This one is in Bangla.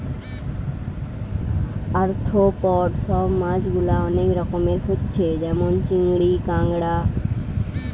আর্থ্রোপড সব মাছ গুলা অনেক রকমের হচ্ছে যেমন চিংড়ি, কাঁকড়া